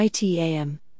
ITAM